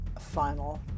final